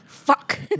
fuck